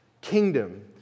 kingdom